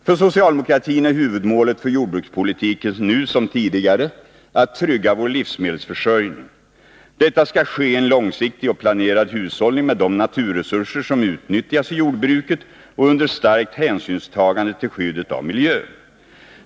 För socialdemokratin är huvudmålet för jordbrukspolitiken nu som tidigare att trygga vår livsmedelsförsörjning. Detta skall ske i en långsiktig och planerad hushållning med de naturresurser som utnyttjas i jordbruket och under starkt hänsynstagande till skyddet av miljön.